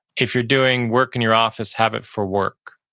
if you're doing work in your office, have it for work,